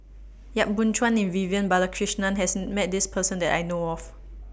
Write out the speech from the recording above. Yap Boon Chuan and Vivian Balakrishnan has Met This Person that I know of